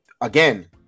Again